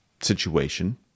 situation